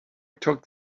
took